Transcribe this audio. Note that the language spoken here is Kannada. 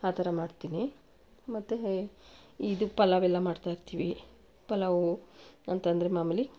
ಆ ಥರ ಮಾಡ್ತೀನಿ ಮತ್ತು ಇದು ಪಲಾವೆಲ್ಲ ಮಾಡ್ತಾಯಿರ್ತೀವಿ ಪಲಾವು ಅಂತ ಅಂದ್ರೆ ಮಾಮೂಲಿ